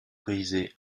grisé